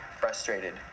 frustrated